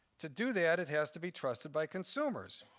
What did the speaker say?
to do that, it has to be trusted by consumers.